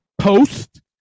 post